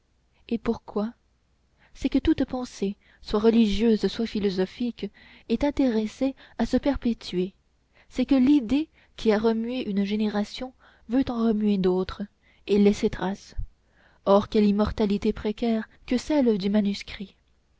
et pourquoi c'est que toute pensée soit religieuse soit philosophique est intéressée à se perpétuer c'est que l'idée qui a remué une génération veut en remuer d'autres et laisser trace or quelle immortalité précaire que celle du manuscrit